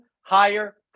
higher